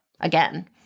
again